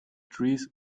trees